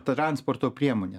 transporto priemonė